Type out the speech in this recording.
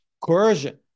coercion